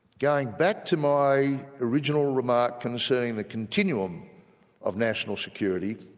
going back to my original remark concerning the continuum of national security,